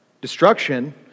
destruction